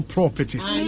Properties